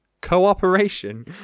cooperation